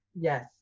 yes